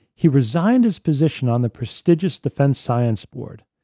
he resigned his position on the prestigious defense science board.